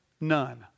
none